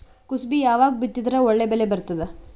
ಕುಸಬಿ ಯಾವಾಗ ಬಿತ್ತಿದರ ಒಳ್ಳೆ ಬೆಲೆ ಬರತದ?